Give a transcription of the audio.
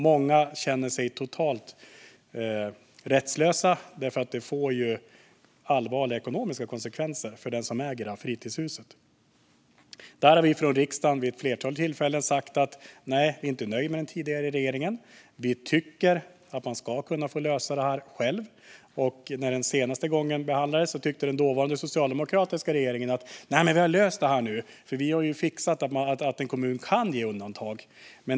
Många känner sig totalt rättslösa, eftersom detta får allvarliga ekonomiska konsekvenser för ägaren. Vi sa från riksdagen vid ett flertal tillfällen att vi inte var nöjda med den tidigare regeringen. Vi tycker att man ska få lösa det här själv. När frågan behandlades den senaste gången tyckte den dåvarande socialdemokratiska regeringen att man hade löst detta genom att fixa så att en kommun kan göra undantag.